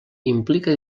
implica